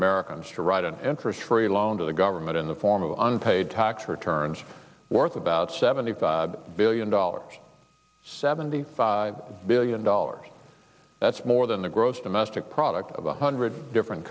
americans to write an interest free loan to the government in the form of unpaid tax returns worth about seventy five billion dollars seventy five billion dollars that's more than the gross domestic product of a hundred different